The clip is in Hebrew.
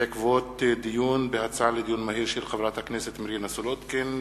הצעתה של חברת הכנסת מרינה סולודקין,